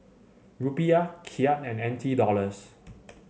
Rupiah Kyat and N T Dollars